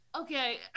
Okay